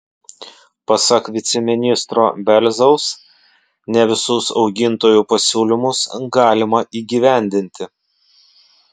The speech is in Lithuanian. pasak viceministro belzaus ne visus augintojų pasiūlymus galima įgyvendinti